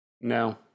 no